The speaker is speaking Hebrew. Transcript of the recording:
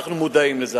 אנחנו מודעים לזה.